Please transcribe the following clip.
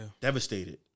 Devastated